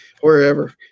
wherever